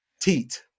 teat